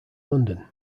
london